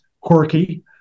quirky